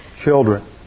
children